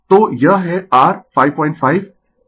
तो यह है r 55